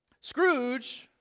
Scrooge